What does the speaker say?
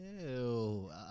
Ew